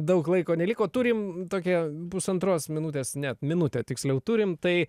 daug laiko neliko turime tokią pusantros minutės ne minutę tiksliau turim tai